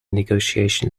negotiation